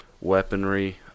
weaponry